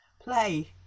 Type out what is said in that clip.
play